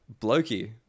Blokey